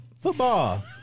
football